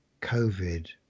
covid